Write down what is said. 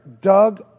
Doug